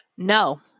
No